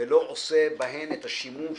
ולא עושה בהן את השימוש